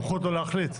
סמכות לא להחליט?